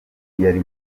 yari